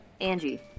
Angie